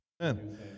amen